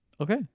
Okay